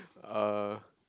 uh